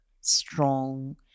strong